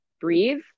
breathe